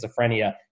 schizophrenia